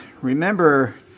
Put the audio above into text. remember